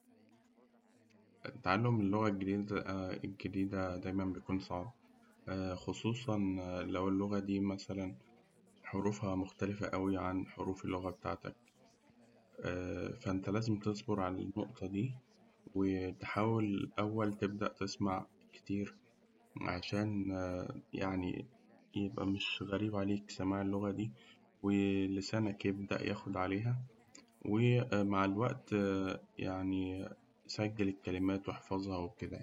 تعلم اللغة الجديدة دايماً بيكون صعب، خصوصاً لو اللغة دي مثلاً حروفها مختلفة أوي عن حروف اللغة بتاعتك، فأنت لازم تصبر على النقطة دي، وتحاول أول تبدأ تسمع كتير عشان يعني يبقى مش غريب عليك سماع اللغة دي ولسانك يبدأ ياخد عليها، ومع الوقت يعني سجل كلمات واحفظها وكده يعني.